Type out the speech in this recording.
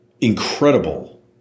Incredible